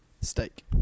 Steak